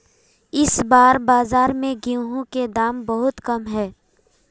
इस बार बाजार में गेंहू के दाम बहुत कम है?